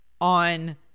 on